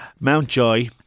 Mountjoy